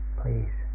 please